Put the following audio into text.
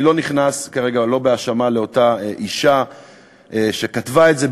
אני לא נכנס כרגע להאשמה כלפי אותה אישה שכתבה את זה,